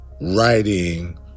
writing